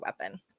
weapon